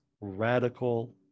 radical